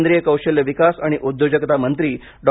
केंद्रीय कौशल्य विकास आणि उद्योजकता मंत्री डॉ